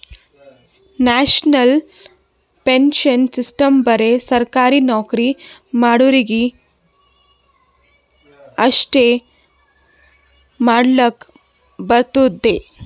national pension system ಬರೆ ಸರ್ಕಾರಿ ನೌಕರಿ ಮಾಡೋರಿಗಿ ಅಷ್ಟೇ ಮಾಡ್ಲಕ್ ಬರ್ತುದ್